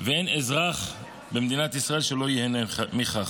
ואין אזרח במדינת ישראל שלא ייהנה מכך.